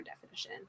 definition